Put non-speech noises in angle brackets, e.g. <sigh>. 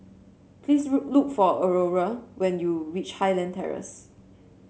please <unintelligible> look for Aurore when you reach Highland Terrace